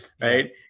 Right